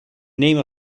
name